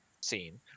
scene